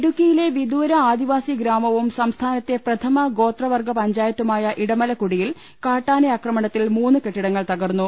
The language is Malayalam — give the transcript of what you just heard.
ഇടുക്കിയിലെ വിദൂര ആദിവാസി ഗ്രാമവും സംസ്ഥാനത്തെ പ്രഥമ ഗോത്രവർഗ്ഗ പഞ്ചായത്തുമായ ഇടമലക്കുടിയിൽ കാട്ടാനയാക്രമണത്തിൽ മൂന്നു കെട്ടിടങ്ങൾ തകർന്നു